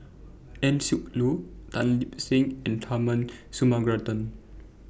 Eng Siak Loy Tan Lip Seng and Tharman Shanmugaratnam